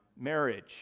marriage